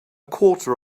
quarter